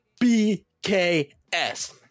bks